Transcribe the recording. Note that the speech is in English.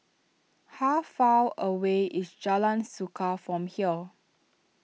how far away is Jalan Suka from here